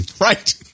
Right